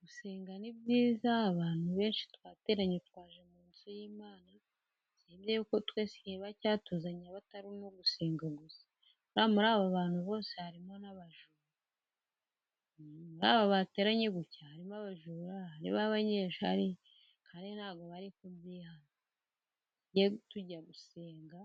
Gusenga ni byiza. Abantu benshi twateranye twaje mu nzu y'imana twese icyatuzanye abatarugusenga gusa, bose harimo abateranyemo abajura, abanyeshari bagiye kujya gusenga